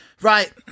Right